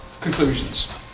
Conclusions